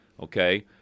Okay